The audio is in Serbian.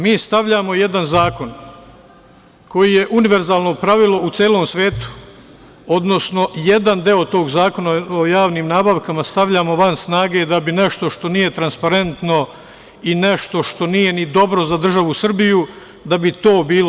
Mi stavljamo jedan zakon koji je univerzalno pravilo u celom svetu, odnosno jedan deo tog Zakona o javnim nabavkama stavljamo van snage, da bi nešto što nije transparentno i nešto što nije ni dobro za državu Srbiju, da bi to bilo.